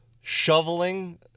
shoveling